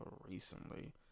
recently